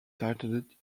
titled